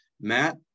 Matt